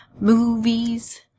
Movies